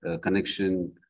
connection